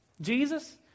Jesus